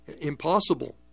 impossible